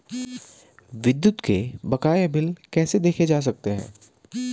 विद्युत के बकाया बिल कैसे देखे जा सकते हैं?